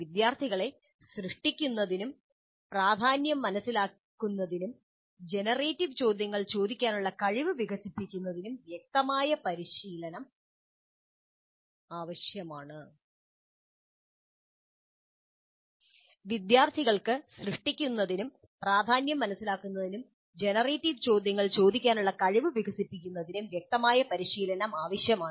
വിദ്യാർത്ഥികൾക്ക് സൃഷ്ടിക്കുന്നതിനും പ്രാധാന്യം മനസിലാക്കുന്നതിനും ജനറേറ്റീവ് ചോദ്യങ്ങൾ ചോദിക്കാനുള്ള കഴിവ് വികസിപ്പിക്കുന്നതിനും വ്യക്തമായ പരിശീലനം ആവശ്യമാണ്